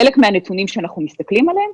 חלק מהנתונים שאנחנו מסתכלים עליהם,